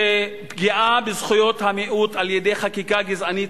שפגיעה בזכויות המיעוט על-ידי חקיקה גזענית